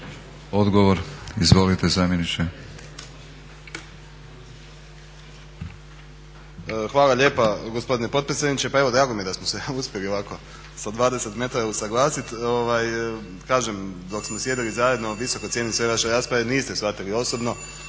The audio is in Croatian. Igor (SDP)** Hvala lijepa gospodine potpredsjedniče. Pa evo drago mi je da smo se uspjeli ovako sa 20 metara usuglasit. Kažem dok tamo sjedili zajedno, visoko cijenim sve vaše rasprave, niste shvatili osobno.